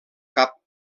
cap